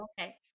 okay